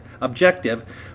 objective